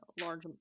large